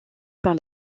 par